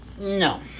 No